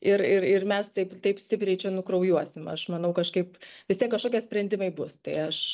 ir ir ir mes taip taip stipriai čia nukraujuosim aš manau kažkaip vis tiek kažkokie sprendimai bus tai aš